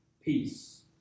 peace